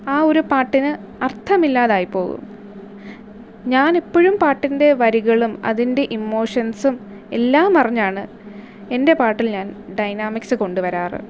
ആ ഒരു പാട്ടിന് അർഥമില്ലാതായിപ്പോകും ഞാനെപ്പോഴും പാട്ടിൻ്റെ വരികളും അതിൻ്റെ ഇമോഷൻസും എല്ലാമറിഞ്ഞാണ് എൻ്റെ പാട്ടിൽ ഞാൻ ഡയനാമിക്സ് കൊണ്ടുവരാറുള്ളത്